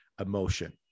emotion